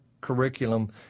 curriculum